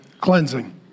cleansing